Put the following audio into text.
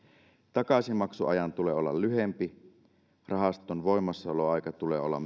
takaisinmaksuajan tulee olla lyhempi myöskin rahaston voimassaoloajan tulee olla